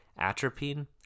atropine